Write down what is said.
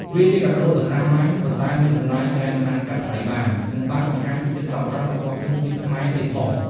វាជាកាដូដ៏សាមញ្ញ ប៉ុន្តែមានតម្លៃដែលមិនអាចកាត់ថ្លៃបាន និងបានបង្ហាញពីចិត្តសប្បុរសរបស់ជនជាតិខ្មែរទៀតផង។